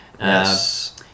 yes